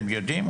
אתם יודעים?